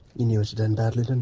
you knew it'd end badly, didn't